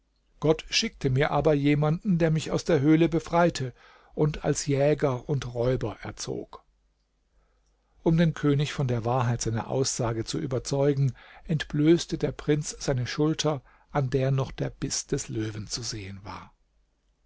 gott schickte mir aber jemanden der mich aus der höhle befreite und als jäger und räuber erzog um den könig von der wahrheit seiner aussage zu überzeugen entblößte der prinz seine schulter an der noch der biß des löwen zu sehen war